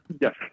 Yes